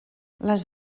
les